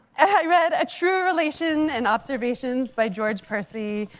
i read a true relation and observations by george percy,